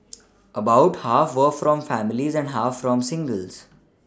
about half were from families and half from singles